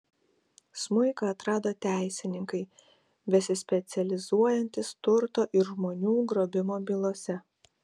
smuiką atrado teisininkai besispecializuojantys turto ir žmonių grobimo bylose